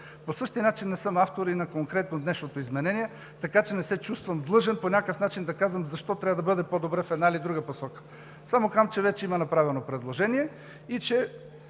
По същия начин не съм автор и конкретно на днешното изменение, така че не се чувствам длъжен по някакъв начин да казвам защо трябва да бъде по-добре в една или друга посока. Само казвам, че вече има направено предложение и че